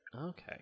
okay